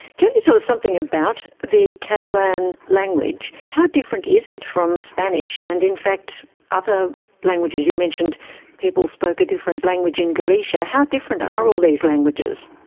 can you tell us something about the catalan language? how different is it from spanish and in fact other languages? you mentioned people spoke a different language in galicia. how different are all these languages?